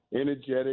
energetic